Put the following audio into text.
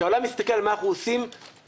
כי העולם מסתכל על מה אנחנו עושים בשוליים.